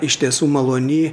iš tiesų malony